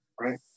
right